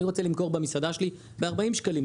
אני רוצה למכור במסעדה שלי ב-40 שקלים,